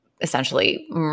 essentially